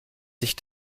sich